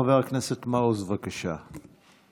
חבר הכנסת מעוז, בבקשה.